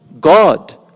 God